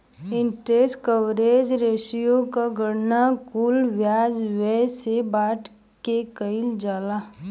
interest coverage ratio क गणना कुल ब्याज व्यय से बांट के किहल जाला